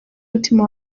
umutima